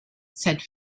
said